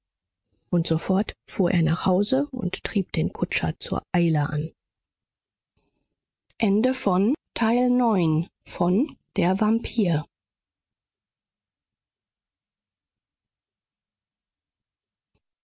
und sofort fuhr er nach hause und trieb den kutscher zur eile au